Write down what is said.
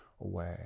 away